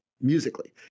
musically